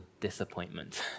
disappointment